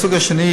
הסוג השני,